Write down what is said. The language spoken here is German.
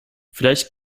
vielleicht